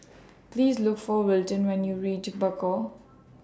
Please Look For Wilton when YOU REACH Bakau